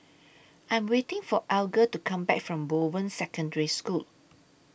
I'm waiting For Alger to Come Back from Bowen Secondary School